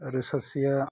आरो सासेआ